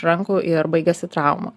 rankų ir baigiasi trauma